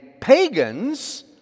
pagans